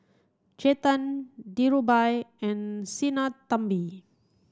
Chetan Dhirubhai and Sinnathamby